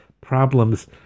problems